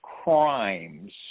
Crimes